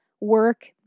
work